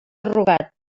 rugat